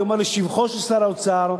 אני אומר לשבחו של שר האוצר,